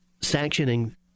sanctioning